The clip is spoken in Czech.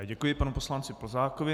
Děkuji panu poslanci Plzákovi.